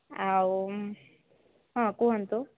ଆଉ ହଁ କୁହନ୍ତୁ